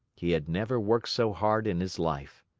he had never worked so hard in his life.